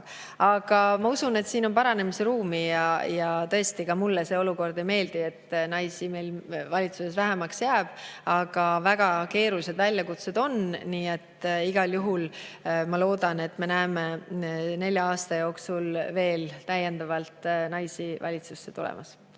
Aga ma usun, et siin on paranemisruumi. Tõesti, ka mulle ei meeldi see, et naisi valitsuses vähemaks jääb, aga väga keerulised väljakutsed on. Igal juhul ma loodan, et me näeme nelja aasta jooksul veel täiendavalt naisi valitsusse tulemas.